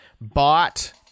bought